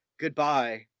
goodbye